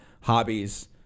hobbies